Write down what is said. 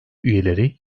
üyeleri